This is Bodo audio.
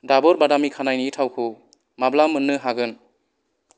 दाबर बादामि खानाइनि थावखौ माब्ला मोन्नो हागोन